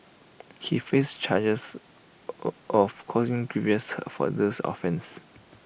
he faced charges of causing grievous hurt for these offence